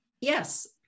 Yes